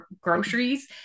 groceries